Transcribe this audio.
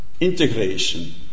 integration